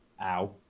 Ow